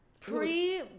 Pre